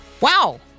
Wow